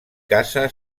caça